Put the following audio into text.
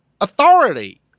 authority